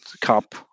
Cup